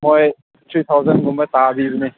ꯃꯣꯏ ꯊ꯭ꯔꯤ ꯊꯥꯎꯖꯟꯒꯨꯝꯕ ꯇꯥꯕꯤꯕꯅꯤ